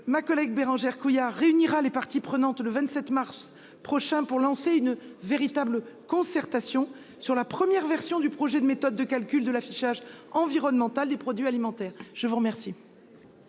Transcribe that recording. Ma collègue Bérangère Couillard réunira les parties prenantes le 27 mars prochain pour lancer une véritable concertation sur la première version du projet de méthode de calcul de l'affichage environnemental des produits alimentaires. La parole